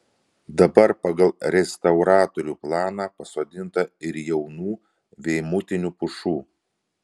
dabar pagal restauratorių planą pasodinta ir jaunų veimutinių pušų